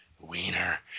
wiener